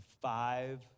five